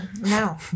No